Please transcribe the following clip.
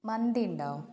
മന്തീയുണ്ടോ